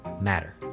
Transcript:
matter